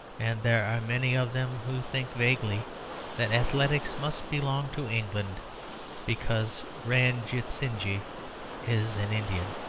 and there are many of them who think vaguely that athletics must belong to england because ranjitsinhji is an indian.